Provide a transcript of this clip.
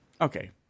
Okay